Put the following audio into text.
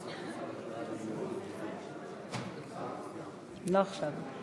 לתיקון פקודת העיריות (מס' 135),